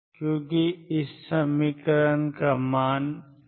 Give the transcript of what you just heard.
क्योंकि e iEnt21